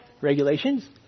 regulations